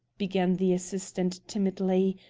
began the assistant timidly,